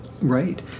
Right